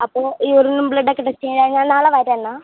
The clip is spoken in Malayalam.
അപ്പോൾ ഈ യൂറിനും ബ്ലഡൊക്കെ ടെസ്റ്റ് ചെയ്യാൻ ആ ഞാൻ നാളെ വരാം എന്നാൽ